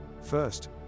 First